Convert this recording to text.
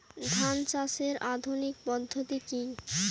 ধান চাষের আধুনিক পদ্ধতি কি?